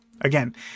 again